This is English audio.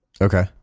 Okay